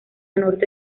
norte